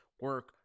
Work